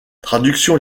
traduction